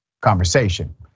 conversation